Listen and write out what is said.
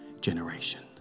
Generation